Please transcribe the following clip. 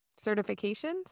certifications